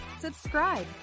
subscribe